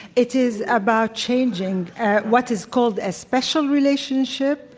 it is about changing what is called a special relationship,